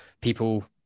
people